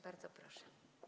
Bardzo proszę.